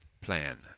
plan